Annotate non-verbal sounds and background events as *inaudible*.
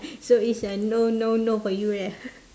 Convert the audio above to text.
*laughs* so it's a no no no for you right